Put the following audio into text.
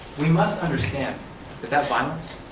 we must understand that that but